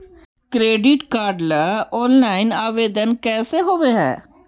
Credit card ल online आवेदन कैसे होब है?